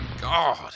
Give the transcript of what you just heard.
God